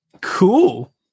Cool